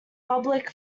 public